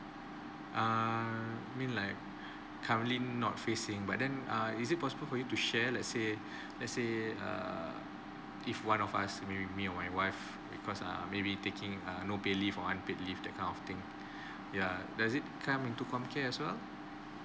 err mean like currently not facing but then err is it possible for you to share let's say let's say err if one of us maybe me or my wife because err maybe taking uh no pay leave or unpaid leave that kind of thing yeah does it come into com care as well